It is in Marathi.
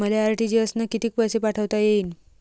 मले आर.टी.जी.एस न कितीक पैसे पाठवता येईन?